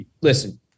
listen